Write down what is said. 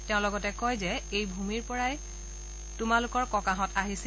তেওঁ লগতে কয় যে এই ভূমিৰ পৰাই তোমালোকৰ ককাহঁত আহিছিল